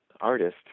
artist